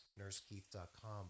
nursekeith.com